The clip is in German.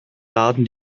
laden